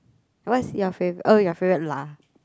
what's your favourite oh your favourite lah